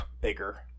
bigger